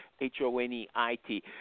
H-O-N-E-I-T